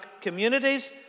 communities